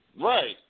Right